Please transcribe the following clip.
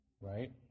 right